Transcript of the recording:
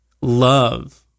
love